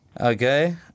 okay